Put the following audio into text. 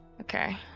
Okay